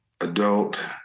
adult